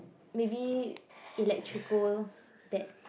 maybe Electrico that